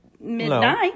Midnight